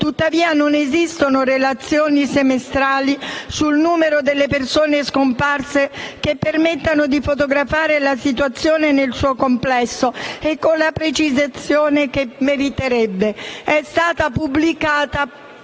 Tuttavia, non esistono relazioni semestrali sul numero delle persone scomparse che permettano di fotografare la situazione nel suo complesso e con la precisione che meriterebbe. Pochi giorni fa